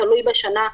תלוי בשנה,